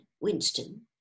Winston